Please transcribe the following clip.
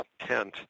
tent